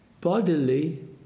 bodily